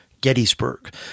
Gettysburg